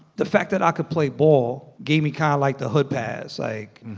the fact that i could play ball gave me kind of like the hood pass. like,